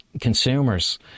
consumers